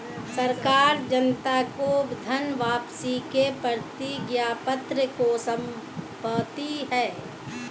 सरकार जनता को धन वापसी के प्रतिज्ञापत्र को सौंपती है